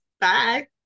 Bye